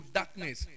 darkness